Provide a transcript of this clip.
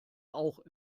auch